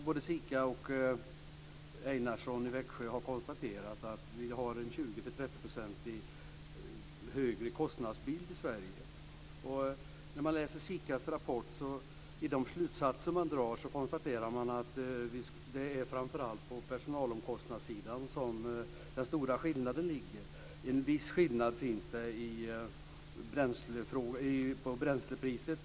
Både SIKA och Einarsson i Växjö har konstaterat att kostnadsbilden är 20-30 % högre. I slutsatserna i rapporten från SIKA framgår det att den stora skillnaden ligger i personalomkostnaderna. Det finns en viss skillnad i bränslepriset.